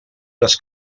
les